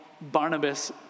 Barnabas